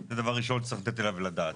זה דבר ראשון שצריך לתת עליו את הדעת.